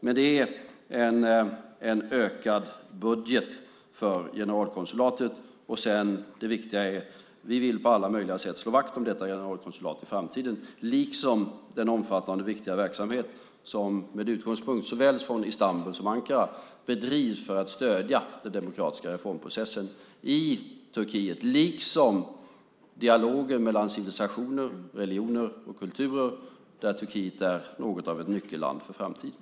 Men det är en ökad budget för generalkonsulatet. Det viktiga är att vi på alla möjliga sätt vill slå vakt om detta generalkonsulat i framtiden, liksom den omfattande och viktiga verksamhet som med utgångspunkt i såväl Istanbul som Ankara bedrivs för att stödja den demokratiska reformprocessen i Turkiet samt dialogen mellan civilisationer, religioner och kulturer, där Turkiet är något av ett nyckelland för framtiden.